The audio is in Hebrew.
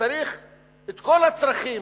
וצריך את כל הצרכים,